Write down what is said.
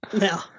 No